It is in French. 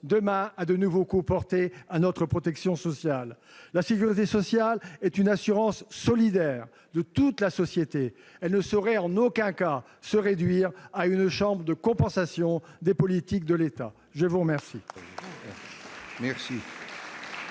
venir de nouveaux coups portés à notre protection sociale ? La sécurité sociale est une assurance solidaire de toute la société. Elle ne saurait en aucun cas se réduire à une chambre de compensation des politiques de l'État ! La parole